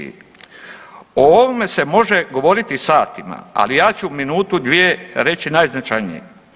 O ovome se može govoriti satima, ali ja ću minutu, dvije reći najznačajnije.